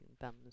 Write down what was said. thumbs